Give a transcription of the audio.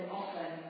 often